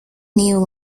new